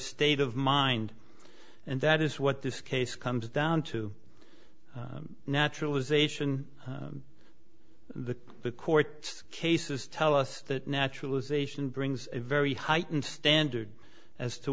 state of mind and that is what this case comes down to naturalization the the court cases tell us that naturalization brings a very heightened standard as to